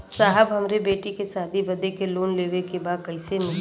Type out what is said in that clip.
साहब हमरे बेटी के शादी बदे के लोन लेवे के बा कइसे मिलि?